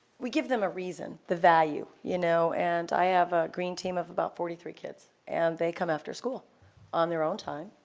we give them a reason, the value, you know? and i have a green team of about forty-three kids, and they come after school on their own time,